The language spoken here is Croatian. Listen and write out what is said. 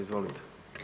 Izvolite.